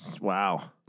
Wow